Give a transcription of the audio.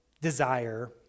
desire